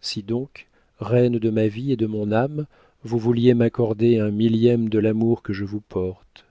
si donc reine de ma vie et de mon âme vous vouliez m'accorder un millième de l'amour que je vous porte